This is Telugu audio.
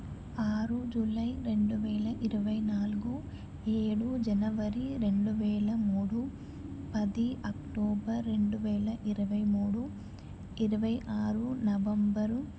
ఆరు జులై రెండువేల ఇరవై నాలుగు ఏడు జనవరి రెండువేల మూడు పది అక్టోబర్ రెండువేల ఇరవై మూడు ఇరవై ఆరు నవంబర్